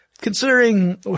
considering